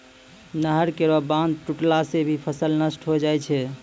नहर केरो बांध टुटला सें भी फसल नष्ट होय जाय छै